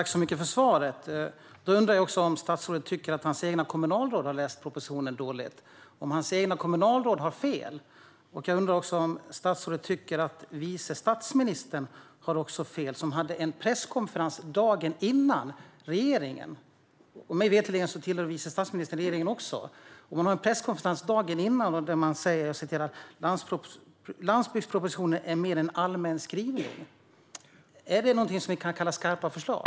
Herr talman! Jag vill tacka så mycket för svaret. Jag undrar om statsrådet tycker att hans egna kommunalråd också har läst propositionen dåligt. Har hans egna kommunalråd fel? Och jag undrar om statsrådet tycker att även vice statsministern har fel. Hon hade en presskonferens dagen före regeringen. Mig veterligen tillhör vice statsministern också regeringen, men hon hade en presskonferens dagen före och sa att "landsbygdspropositionen är mer allmänna skrivningar". Är det något som kan kallas skarpa förslag?